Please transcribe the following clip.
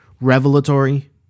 revelatory